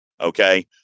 okay